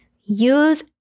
Use